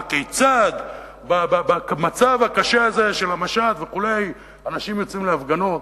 הכיצד במצב הקשה הזה של המשט וכו' אנשים יוצאים להפגנות?